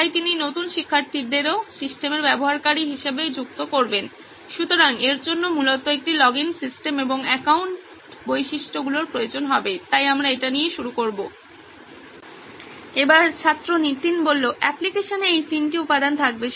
তাই তিনি নতুন শিক্ষার্থীদেরও সিস্টেমের ব্যবহারকারী হিসাবে যুক্ত করবেন সুতরাং এর জন্য মূলত একটি লগইন সিস্টেম এবং অ্যাকাউন্ট বৈশিষ্ট্যগুলির প্রয়োজন হবে তাই আমরা এটা নিয়ে শুরু করব ছাত্র নীতিন অ্যাপ্লিকেশনে এই তিনটি উপাদান থাকবে